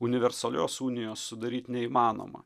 universalios unijos sudaryt neįmanoma